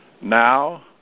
now